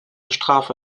strafe